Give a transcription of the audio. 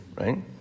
right